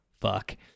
fuck